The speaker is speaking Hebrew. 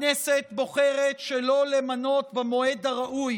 הכנסת בוחרת שלא למנות במועד הראוי